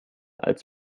als